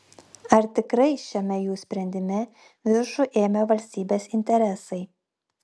ar tikrai šiame jų sprendime viršų ėmė valstybės interesai